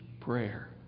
prayer